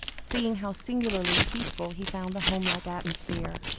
seeing how singularly peaceful he found the home-like atmosphere.